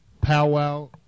powwow